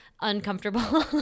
uncomfortable